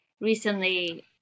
recently